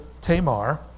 Tamar